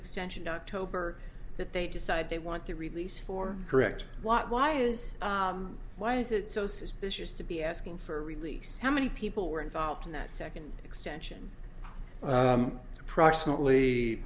extension october that they decide they want to release for correct what why is why is it so suspicious to be asking for a release how many people were involved in that second extension approximately